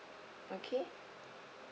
okay